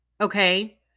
okay